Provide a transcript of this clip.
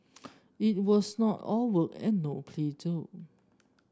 it was not all work and no play though